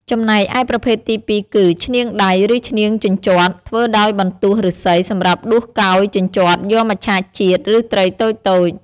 ចំណែកឯប្រភេទទីពីរគឺ ឈ្នាងដៃ ឬឈ្នាងជញ្ជាត់ ធ្វើដោយបន្ទោះឫស្សីសម្រាប់ដួសកោយ ជញ្ជាត់ យកមច្ឆជាតិ ឬត្រីតូចៗ។